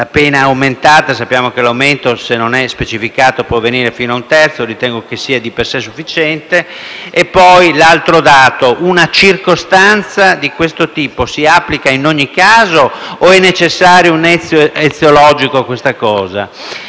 la pena è aumentata e sappiamo che l'aumento, se non è specificato, può avvenire fino a un terzo e ritengo che sia di per sé sufficiente. E poi, altro dato, una circostanza di questo tipo si applica in ogni caso o è necessario un nesso eziologico? Se,